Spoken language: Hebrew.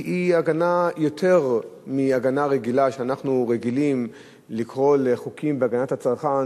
היא הגנה יותר מהגנה רגילה שאנחנו רגילים לקרוא לחוקים בהגנת הצרכן,